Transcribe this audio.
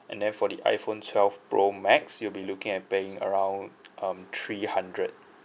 and then for the iphone twelve pro max you'll be looking at paying around um three hundred